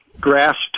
grasped